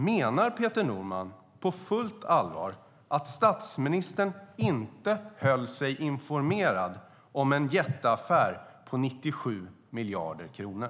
Menar Peter Norman på fullt allvar att statsministern inte höll sig informerad om en jätteaffär på 97 miljarder kronor?